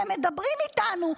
כשהם מדברים איתנו,